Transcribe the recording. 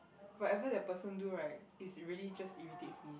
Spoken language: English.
whatever the person do right is really just irritates me